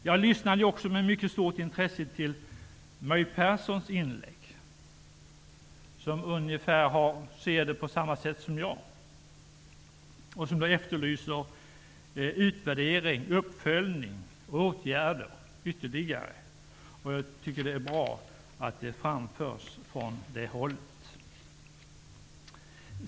Jag lyssnade också med mycket stort intresse på inlägget från My Persson, som ser frågorna på ungefär samma sätt som jag. Hon efterlyser utvärdering, uppföljning och ytterligare åtgärder. Jag tycker att det är bra att detta framförs från det hållet.